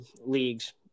leagues